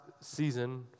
season